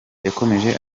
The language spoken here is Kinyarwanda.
yakomeje